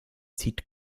zieht